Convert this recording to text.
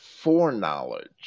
foreknowledge